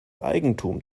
eigentum